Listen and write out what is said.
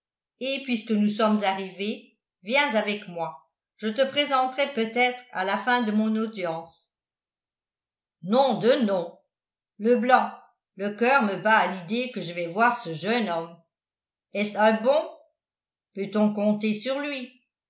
et puisque nous sommes arrivés viens avec moi je te présenterai peut-être à la fin de mon audience nom de nom leblanc le coeur me bat à l'idée que je vais voir ce jeune homme est-ce un bon peut-on compter sur lui